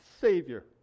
Savior